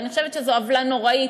ואני חושבת שזו עוולה נוראית,